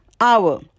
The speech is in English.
hour